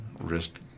wrist